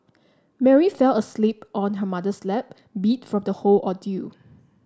Mary fell asleep on her mother's lap beat from the whole ordeal